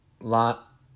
lot